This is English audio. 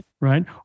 right